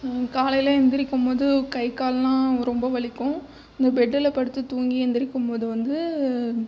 காலையில் எழுந்திரிக்கும் போது கை காலெலாம் ரொம்ப வலிக்கும் இந்த பெட்டில் படுத்து தூங்கி எழுந்திரிக்கும் போது வந்து